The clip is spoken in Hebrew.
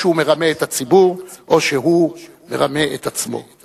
או שהוא מרמה את הציבור, או שהוא מרמה את עצמו.